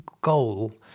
goal